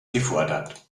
gefordert